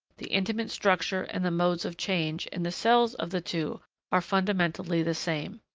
the intimate structure, and the modes of change, in the cells of the two are fundamentally the same.